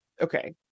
Okay